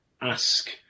ask